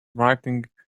writing